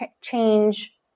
change